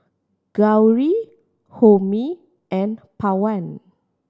Gauri Homi and Pawan